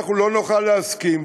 אנחנו לא נוכל להסכים,